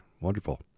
Wonderful